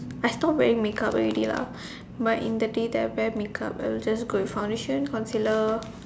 I stop wearing make up already lah but in the day that I wear make up I will just go with foundation concealer